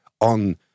on